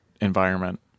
environment